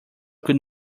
could